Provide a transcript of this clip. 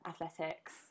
athletics